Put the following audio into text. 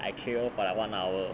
I K_O for like one hour